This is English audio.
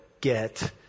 get